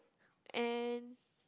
and